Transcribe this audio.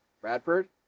Bradford